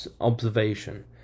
observation